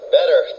Better